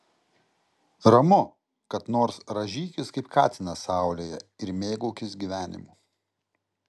ramu kad nors rąžykis kaip katinas saulėje ir mėgaukis gyvenimu